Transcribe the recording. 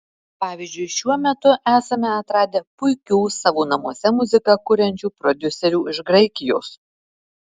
pavyzdžiui šiuo metu esame atradę puikių savo namuose muziką kuriančių prodiuserių iš graikijos